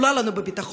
היא עולה לנו בביטחון,